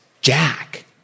Jack